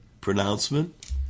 pronouncement